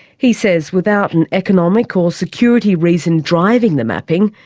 he says without an economic or security reason driving the mapping,